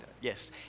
Yes